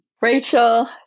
Rachel